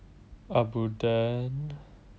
abuden